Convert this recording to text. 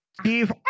Steve